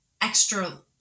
extra